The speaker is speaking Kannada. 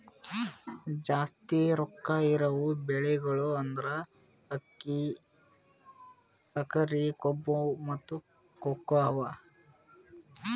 ಜಾಸ್ತಿ ರೊಕ್ಕಾ ಇರವು ಬೆಳಿಗೊಳ್ ಅಂದುರ್ ಅಕ್ಕಿ, ಸಕರಿ, ಕಬ್ಬು, ಮತ್ತ ಕೋಕೋ ಅವಾ